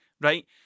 right